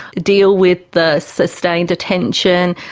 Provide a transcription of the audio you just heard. deal with the sustained attention,